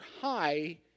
high